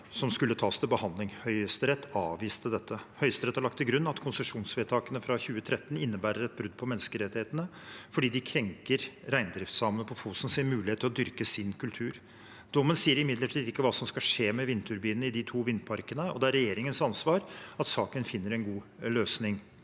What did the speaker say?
som skulle tas til behandling. Høyesterett avviste dette. Høyesterett har lagt til grunn at konsesjonsvedtakene fra 2013 innebærer et brudd på menneskerettighetene fordi de krenker reindriftssamene på Fosens mulighet til å dyrke sin kultur. Dommen sier imidlertid ikke hva som skal skje med vindturbinene i de to vindparkene, og det er regjeringens ansvar at saken finner en god løsning.